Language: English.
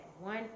one